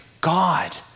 God